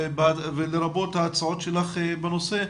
לרבות ההצעה שלך בנושא,